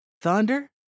Thunder